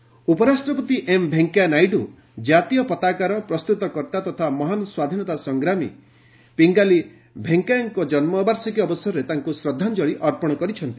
VP Pingali Venkayya ଉପରାଷ୍ଟ୍ରପତି M Venkaiah Naidu କାତୀୟ ପତାକାର ପ୍ରସ୍ତୁତକର୍ତ୍ତା ତଥା ମହାନ୍ ସ୍ୱାଧୀନତା ସଂଗ୍ରାମୀ ପିଙ୍ଗାଲି ଭେଙ୍କୟାଙ୍କ ଜନ୍ମବାର୍ଷିକୀ ଅବସରରେ ତାଙ୍କୁ ଶ୍ରଦ୍ଧାଞ୍ଜଳି ଅର୍ପଣ କରିଛନ୍ତି